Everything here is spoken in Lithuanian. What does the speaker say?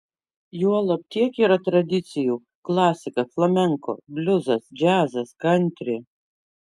juolab tiek yra tradicijų klasika flamenko bliuzas džiazas kantri